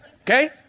Okay